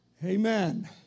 Amen